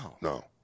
No